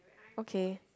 okay